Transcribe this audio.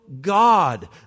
God